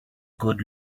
good